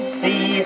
see